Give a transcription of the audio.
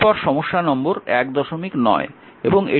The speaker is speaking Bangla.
এরপর সমস্যা নম্বর 19